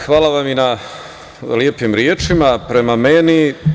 Hvala vam i na lepim rečima prema meni.